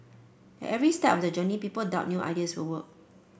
at every step of the journey people doubt new ideas will work